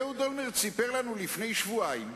אהוד אולמרט סיפר לנו לפני שבועיים,